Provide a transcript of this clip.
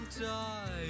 die